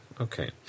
okay